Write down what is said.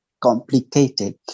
complicated